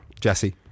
jesse